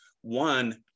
one